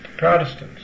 Protestants